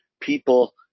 people